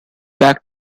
back